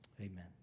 Amen